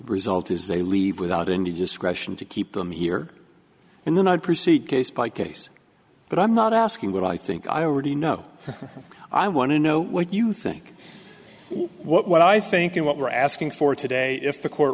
result is they leave without any discretion to keep them here and then i would proceed case by case but i'm not asking what i think i already know i want to know what you think what i think and what we're asking for today if the court